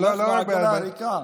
אנחנו העגלה הריקה.